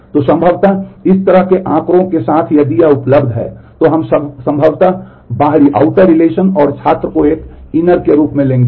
तो संभवतः इस तरह के आँकड़ों के साथ यदि यह उपलब्ध है तो हम संभवतः बाहरी के रूप में लेंगे